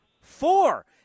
Four